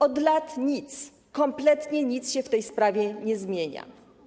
Od lat kompletnie nic się w tej sprawie nie zmienia.